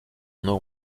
nom